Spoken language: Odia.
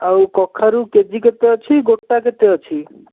ଆଉ କଖାରୁ କେଜି କେତେ ଅଛି ଗୋଟା କେତେ ଅଛି